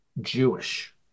Jewish